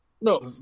no